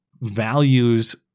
values